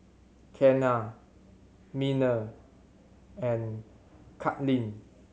Kenna Miner and Kaitlyn